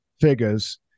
figures